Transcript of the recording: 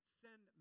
send